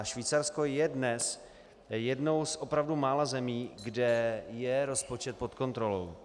Švýcarsko je dnes jednou z opravdu mála zemí, kde je rozpočet pod kontrolou.